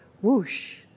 Whoosh